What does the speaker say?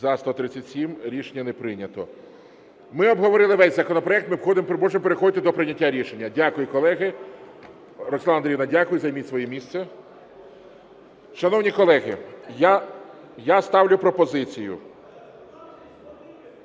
За-137 Рішення не прийнято. Ми обговорили весь законопроект, можемо переходити до прийняття рішення. Дякую, колеги. Роксолана Андріївна, дякую, займіть своє місце. Шановні колеги, я ставлю пропозицію...